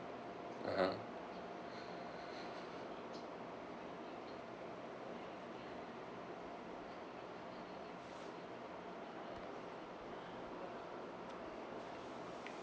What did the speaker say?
(uh huh)